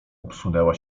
obsunęła